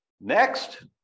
Next